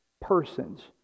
persons